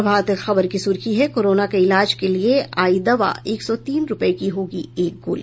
प्रभात खबर की सुर्खी है कोरोना के इलाज के लिये आई दवा एक सौ तीन रूपये की होगी एक गोली